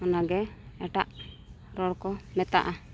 ᱚᱱᱟᱜᱮ ᱮᱴᱟᱜ ᱨᱚᱲ ᱠᱚ ᱢᱮᱛᱟᱫᱼᱟ